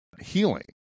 healing